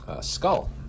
skull